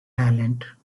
talent